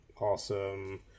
awesome